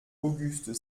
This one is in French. auguste